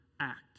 act